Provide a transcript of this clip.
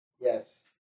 yes